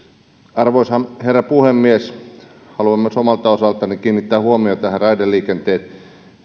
arvoisa herra puhemies haluan myös omaltani osaltani kiinnittää huomiota tähän raideliikenteen